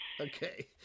Okay